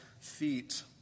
feet